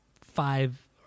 five